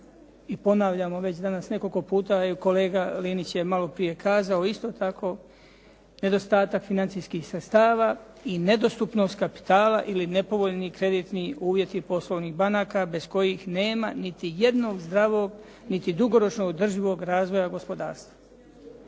i ponavljamo već nekoliko puta, evo kolega Linić je malo prije kazao isto tako, nedostatak financijskih sredstava i nedostupnost kapitala ili nepovoljni kreditni uvjeti poslovnih banaka bez kojih nema niti jednog zdravog, niti dugoročnog održivog razvoja gospodarstva.